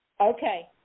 Okay